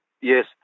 yes